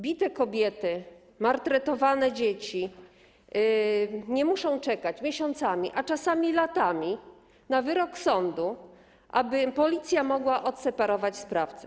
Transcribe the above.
Bite kobiety, maltretowane dzieci nie muszą czekać miesiącami, a czasami latami na wyrok sądu, aby policja mogła odseparować sprawcę.